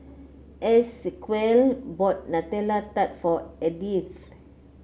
Esequiel bought Nutella Tart for Edythe